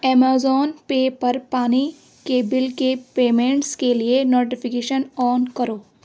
Amazon pay پر پانی کے بل کی پیمنٹس کے لیے نوٹیفیکیشن آن کرو